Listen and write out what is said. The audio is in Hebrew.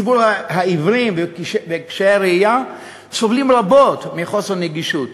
ציבור העיוורים וקשי הראייה סובלים רבות מחוסר נגישות,